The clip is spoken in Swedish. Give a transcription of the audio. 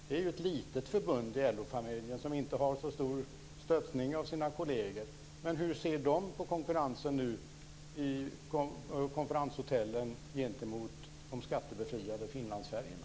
Det är ju ett litet förbund i LO-familjen, som inte har så mycket stöttning av sina kolleger. Hur ser man i konferenshotellen på konkurrensen från de skattebefriade Finlandsfärjorna?